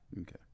Okay